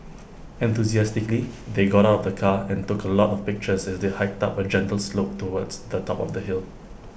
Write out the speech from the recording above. enthusiastically they got out of the car and took A lot of pictures as they hiked up A gentle slope towards the top of the hill